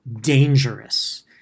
dangerous